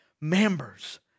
Members